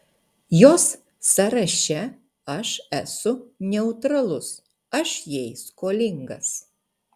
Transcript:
jos sąraše aš esu neutralus aš jai skolingas